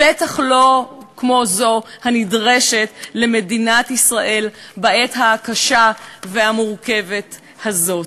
בטח לא כמו זו הנדרשת למדינת ישראל בעת הקשה והמורכבת הזאת.